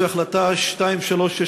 זו החלטה 2365,